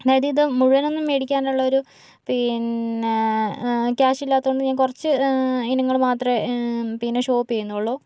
അതായത് ഇത് മുഴുവനൊന്നും മേടിക്കാനുള്ളൊരു പിന്നേ ക്യാഷില്ലാത്തതുകൊണ്ട് ഞാൻ കുറച്ച് ഇനങ്ങൾ മാത്രമേ പിന്നെ ഷോപ്പ് ചെയ്യുന്നുള്ളൂ